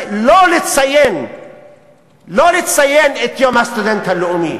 לא לציין את יום הסטודנט הלאומי,